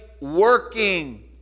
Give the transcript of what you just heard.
working